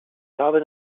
habe